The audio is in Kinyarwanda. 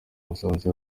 misanzu